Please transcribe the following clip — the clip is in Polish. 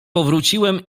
powróciłem